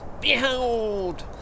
Behold